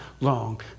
long